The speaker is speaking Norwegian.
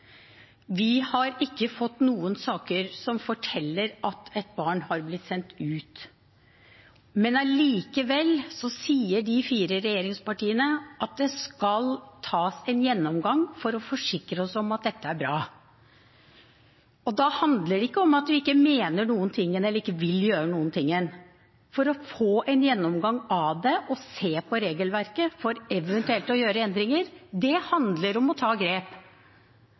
Vi har ikke fått noen saker som forteller at et barn har blitt sendt ut, men allikevel sier de fire regjeringspartiene at det skal tas en gjennomgang for å forsikre oss om at dette er bra. Da handler det ikke om at vi ikke mener noen ting eller ikke vil gjøre noen ting for å få en gjennomgang av det og se på regelverket for eventuelt å gjøre endringer. Det handler om å ta grep.